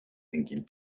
thinking